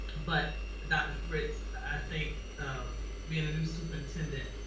but dr. fritz, i think of being a new superintendent.